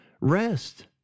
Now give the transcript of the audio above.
rest